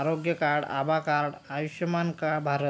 आरोग्य card Abha card Ayushman का भारत